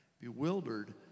Bewildered